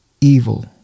evil